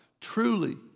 truly